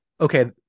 okay